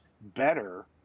better